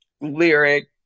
lyric